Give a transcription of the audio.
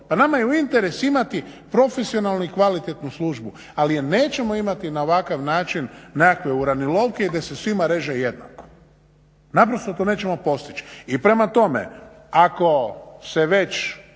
Pa nama je interes imati profesionalnu i kvalitetnu službu ali je nećemo imati na ovakav način, nekakve uravnilovke i da se svima reže jednako. Naprosto to nećemo postići. I prema tome, ako se već